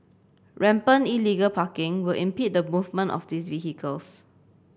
rampant illegal parking will impede the movement of these vehicles